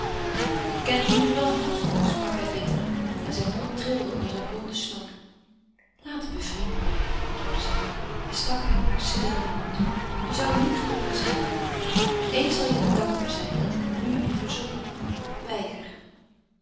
je kent me dus wel goed sprak hij bitter en zijn mond trilde onder zijn blonde snor laten we vrienden blijven antwoordde zij en stak hem hare sidderende hand toe we zouden niet gelukkig zijn met elkaâr en eens zal je me dankbaar zijn dat ik nu je aanzoek weiger